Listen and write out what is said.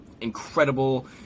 incredible